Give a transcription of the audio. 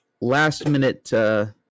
last-minute